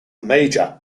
major